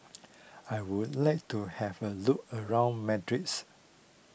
I would like to have a look around Madrids